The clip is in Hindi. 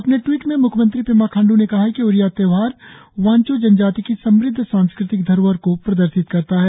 अपने ट्वीट में म्ख्यमंत्री पेमा खांड् ने कहा है कि ओरियाह त्योहार वांचो जनजाति की समुद्ध सांस्कृतिक धरोहर को प्रदर्शित करता है